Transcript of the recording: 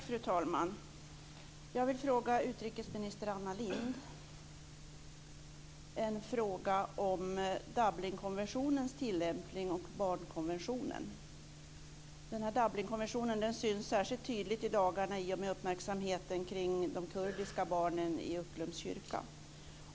Fru talman! Jag vill till utrikesminister Anna Lindh ställa en fråga om Dublinkonventionens tilllämpning och om barnkonventionen. Dublinkonventionen syns särskilt tydligt i dagarna i och med uppmärksamheten kring de kurdiska barnen i Ucklums kyrka.